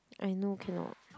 I know cannot